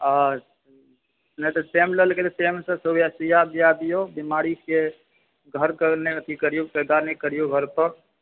अच्छा नहि तऽ टाइम लेलकय तऽ टाइमसँ ओकरा सुइआ दिआ दिऔ बीमारी छियै घर करय लऽ नहि अथी करिऔ